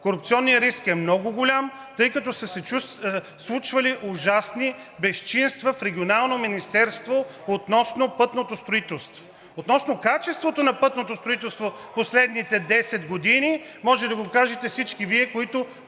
Корупционният риск е много голям, тъй като са се случвали ужасни безчинства в Регионалното министерство относно пътното строителство! (Реплика: „Времето!“) Относно качеството на пътното строителство в последните 10 години – може да го кажете всички Вие, които